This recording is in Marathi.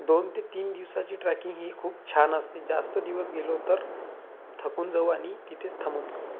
दोन ते तीन दिवसाची ट्रॅकिंग ही खूप छान असते जास्त दिवस गेलो तर थकून जाऊ आणि तिथेच थांबून